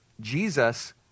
Jesus